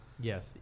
Yes